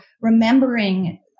remembering